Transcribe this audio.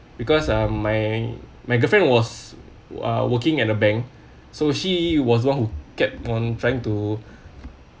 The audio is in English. because um my my girlfriend was uh working at a bank so she was one who kept on trying to